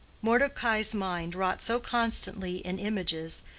mordecai's mind wrought so constantly in images,